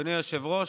אדוני היושב-ראש,